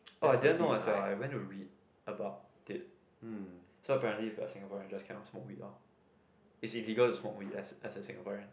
orh i didn't know as well I went to read about it so apparently if you're singaporean you just cannot smoke weed orh it's illegal to smoke weed as a singaporean